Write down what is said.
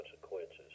consequences